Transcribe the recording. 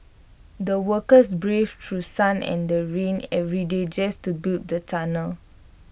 the workers braved through sun and rain every day just to build the tunnel